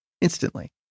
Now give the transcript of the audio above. instantly